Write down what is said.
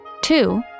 Two